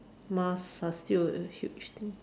masks are still a huge thing